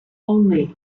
only